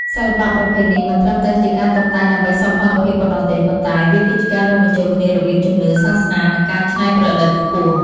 សិល្បៈប្រភេទនេះមិនត្រឹមតែជាការតុបតែងដើម្បីសោភ័ណភាពប៉ុណ្ណោះទេ ប៉ុន្តែវាគឺជាការរួមបញ្ចូលគ្នារវាងជំនឿ សាសនា និងការច្នៃប្រឌិតខ្ពស់។